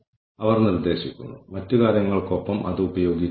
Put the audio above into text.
ഉപഭോക്തൃ സംതൃപ്തി സർവേ മെച്ചപ്പെടുത്താൻ നമ്മൾ ഉപഭോക്തൃ ഫീഡ്ബാക്ക് ഉപയോഗിക്കുന്നു